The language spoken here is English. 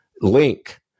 link